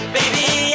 baby